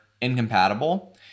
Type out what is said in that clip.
incompatible